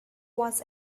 was